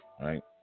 Right